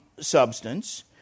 substance